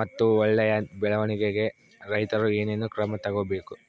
ಮತ್ತು ಒಳ್ಳೆಯ ಬೆಳವಣಿಗೆಗೆ ರೈತರು ಏನೇನು ಕ್ರಮ ತಗೋಬೇಕು?